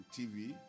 TV